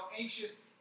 anxious